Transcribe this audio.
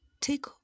Take